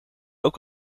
ook